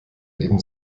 neben